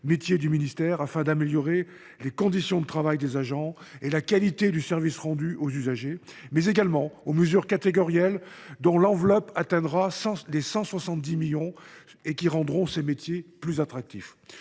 métiers du ministère – ils visent à améliorer les conditions de travail des agents et la qualité du service rendu aux usagers –, mais également aux mesures catégorielles, dont l’enveloppe atteindra 170 millions d’euros et qui rendront ces métiers plus attractifs.